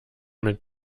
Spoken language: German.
mit